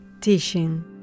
teaching